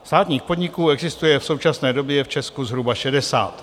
Státních podniků existuje v současné době v Česku zhruba šedesát.